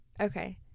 Okay